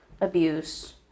abuse